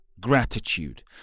gratitude